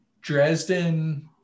Dresden